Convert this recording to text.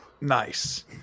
nice